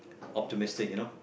optimistic you know